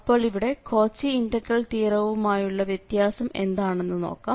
അപ്പോൾ ഇവിടെ Cauchy integral തിയറവുമായുള്ള വ്യത്യാസം എന്താണന്നു നോക്കാം